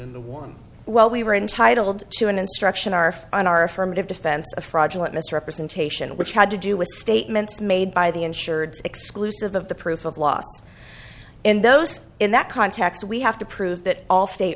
the one well we were entitled to an instruction are on our affirmative defense of fraudulent misrepresentation which had to do with statements made by the insured exclusive of the proof of loss in those in that context we have to prove that all state